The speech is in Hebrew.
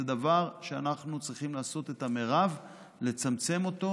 זה דבר שאנחנו צריכים לעשות את המרב לצמצם אותו,